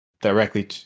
directly